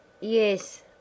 Yes